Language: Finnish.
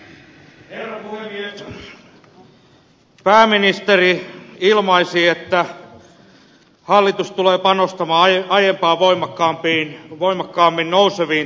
pääministeri ilmaisi että hallitus tulee panostamaan aiempaa voimakkaammin nouseviin talouksiin